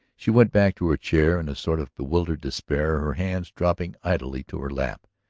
she went back to her chair in a sort of bewildered despair, her hands dropping idly to her lap.